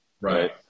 Right